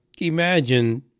Imagine